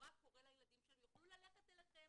רע קורה לילדים הם יוכלו ללכת אליכם.